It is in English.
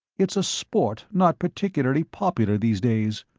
it's a sport not particularly popular these days.